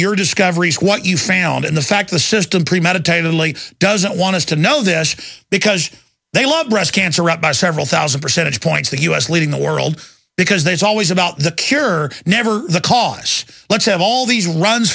your discoveries what you found in the fact the system premeditatedly doesn't want us to know this because they love breast cancer out by several thousand percentage points the u s leading the world because there's always about the cure never the cos let's have all these runs